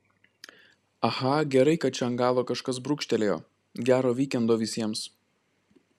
aha gerai kad čia ant galo kažkas brūkštelėjo gero vykendo visiems